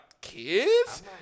kids